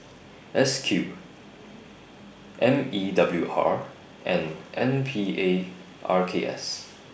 S Q M E W R and N P A R K S